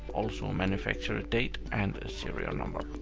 also manufacturer date and a serial number.